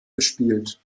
gespielt